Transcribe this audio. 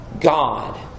God